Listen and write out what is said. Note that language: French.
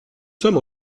sommes